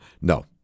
No